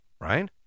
right